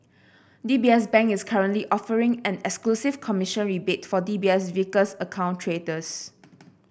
D B S Bank is currently offering an exclusive commission rebate for D B S Vickers account traders